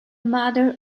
mother